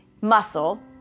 muscle